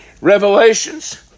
Revelations